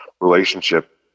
relationship